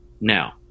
Now